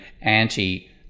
anti